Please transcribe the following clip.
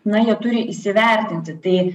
na jie turi įsivertinti tai